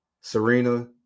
Serena